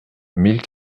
mille